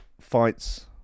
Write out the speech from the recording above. fights